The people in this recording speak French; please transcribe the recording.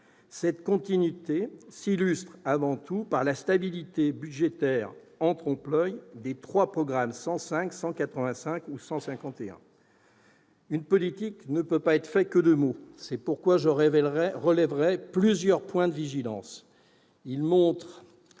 Cette continuité s'illustre avant tout par la stabilité budgétaire en trompe-l'oeil des programmes 105, 185 et 151. Une politique ne peut être faite que de mots, c'est pourquoi je relèverai plusieurs points de vigilance,